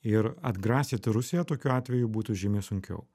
ir atgrasyti rusiją tokiu atveju būtų žymiai sunkiau